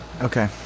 Okay